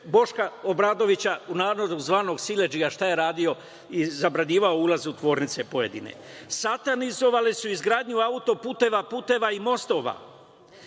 Boška Obradovića, u narodu zvanog siledžija, šta je radio, zabranjivao ulaz u pojedine tvornice. Satanizovali su izgradnju auto-puteva, puteva i mostova.